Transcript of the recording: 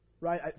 Right